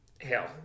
hell